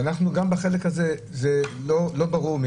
גם בחלק הזה זה לא ברור,